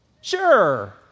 Sure